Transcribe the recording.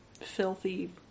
filthy